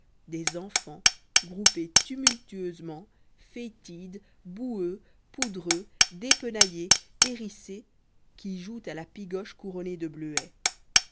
des enfants groupés tumultueusement fétides boueux poudreux dépenaillés hérissés qui jouent à la pigoche couronnés de bleuets